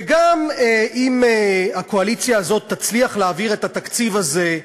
וגם אם הקואליציה הזאת תצליח להעביר את התקציב הזה,